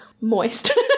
moist